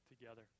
together